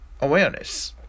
awareness